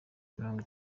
mirongo